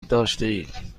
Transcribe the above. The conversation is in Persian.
داشتید